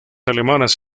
alemanas